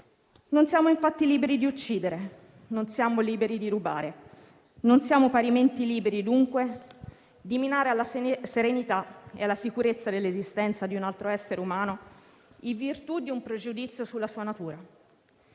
Non siamo infatti liberi di uccidere né di rubare; non siamo parimenti liberi, dunque, di minare la serenità e la sicurezza dell'esistenza di un altro essere umano in virtù di un pregiudizio sulla sua natura.